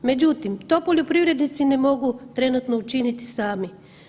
Međutim, to poljoprivrednici ne mogu trenutno učiniti sami.